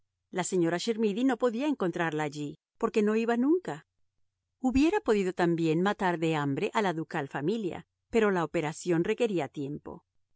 la señora chermidy no podía encontrarla allí porque no iba nunca hubiera podido también matar de hambre a la ducal familia pero la operación requería tiempo